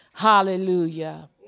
Hallelujah